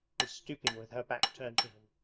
was stooping with her back turned to him,